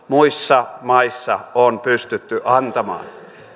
muissa maissa on pystytty antamaan